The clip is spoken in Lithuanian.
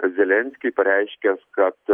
zelenskiui pareiškęs kad